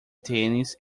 tênis